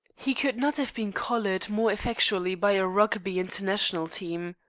he could not have been collared more effectually by a rugby international team.